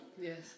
Yes